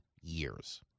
years